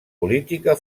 política